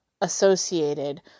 associated